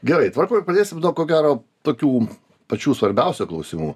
gerai tvarkoj pradėsim nuo ko gero tokių pačių svarbiausių klausimų